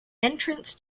entrance